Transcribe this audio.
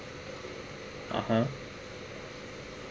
(uh huh)